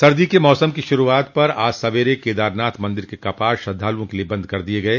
सर्दी के मौसम की शुरुआत पर आज सवेरे केदारनाथ मंदिर के कपाट श्रद्वालुओं के लिए बंद कर दिये गये